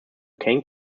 kane